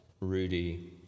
Rudy